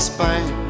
Spain